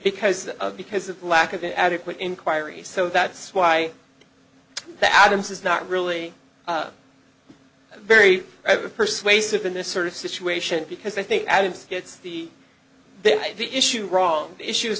because of because of lack of adequate inquiries so that's why the adams is not really very persuasive in this sort of situation because i think adams gets the the issue wrong issue